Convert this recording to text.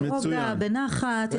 ברוגע ובנחת.